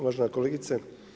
Uvažena kolegice.